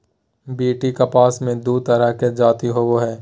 BT कपास मे दू तरह के जाति होबो हइ